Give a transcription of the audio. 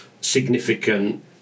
significant